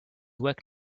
work